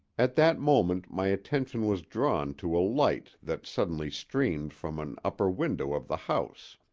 at that moment my attention was drawn to a light that suddenly streamed from an upper window of the house